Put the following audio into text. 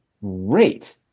great